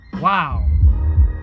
Wow